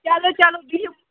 چلو چلو بِہِو